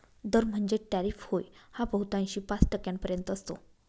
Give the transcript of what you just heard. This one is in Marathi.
दर म्हणजेच टॅरिफ होय हा बहुतांशी पाच टक्क्यांपर्यंत असतो